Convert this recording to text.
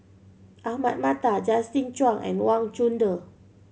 Ahmad Mattar Justin Zhuang and Wang Chunde